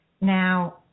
Now